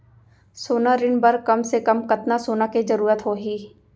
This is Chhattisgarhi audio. सोना ऋण बर कम से कम कतना सोना के जरूरत होही??